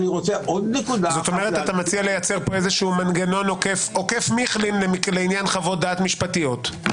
אתה מציע לייצר פה מנגנון עוקף מיכלין לעניין חוות-דעת משפטיות?